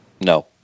No